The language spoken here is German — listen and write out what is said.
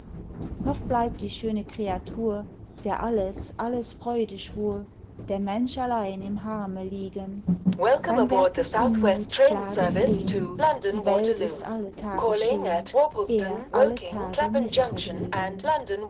noch bleibt die schöne kreatur der alles alles freude schwur der mensch allein in harme liegen sein werk ist unmuth klage flehn die welt ist alle tage schön er alle tage missvergnügen